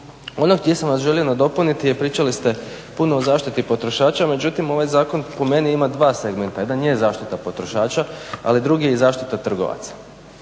Ono gdje sam vas želio nadopuniti je pričali ste puno o zaštiti potrošača, međutim, ovaj zakon po meni ima dva segmenta. Jedan je zaštita potrošača, ali drugi je i zaštita trgovaca,